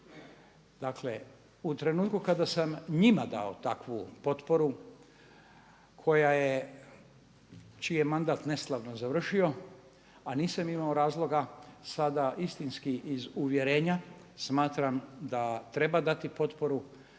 Dakle, u trenutku kada sam njima dao takvu potporu koja je, čiji je mandat neslavno završio, a nisam imao razloga sada istinski iz uvjerenja smatram da treba dati potporu